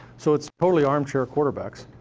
so it's totally armchair quarterbacks,